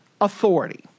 authority